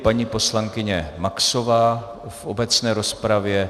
Paní poslankyně Maxová v obecné rozpravě.